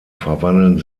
verwandeln